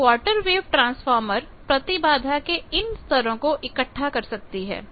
अब quarter wave transformer प्रतिबाधा के इन स्तरों को इकट्ठा कर सकती है